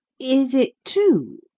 is it true,